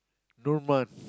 no month